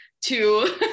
to-